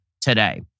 today